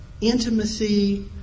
intimacy